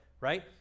Right